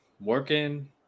working